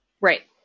Right